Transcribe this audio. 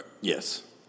Yes